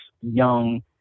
young